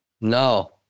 No